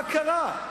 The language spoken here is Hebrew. מה קרה?